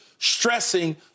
stressing